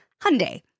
Hyundai